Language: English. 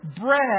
bread